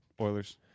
Oilers